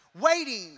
waiting